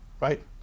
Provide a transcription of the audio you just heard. right